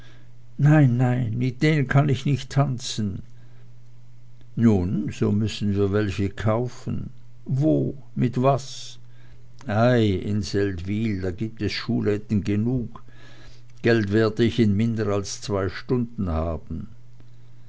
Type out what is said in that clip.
nein nein in denen kann ich nicht tanzen nun so müssen wir welche kaufen wo mit was ei in seldwyl da gibt es schuhläden genug geld werde ich in minder als zwei stunden haben